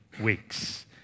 weeks